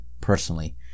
personally